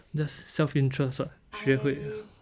just self interest [what] 学会